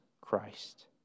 Christ